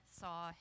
saw